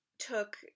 took